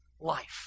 life